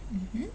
mmhmm